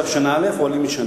בשנה האחרונה?